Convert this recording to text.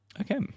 Okay